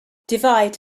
divide